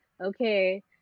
Okay